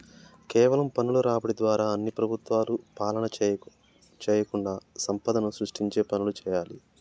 కేవలం పన్నుల రాబడి ద్వారా అన్ని ప్రభుత్వాలు పాలన చేయకుండా సంపదను సృష్టించే పనులు చేయాలి